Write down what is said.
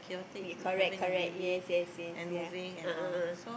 correct correct yes yes yes ya a'ah a'ah